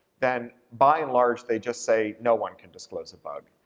then by and large they just say no one can disclose a bug,